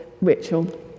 ritual